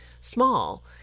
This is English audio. small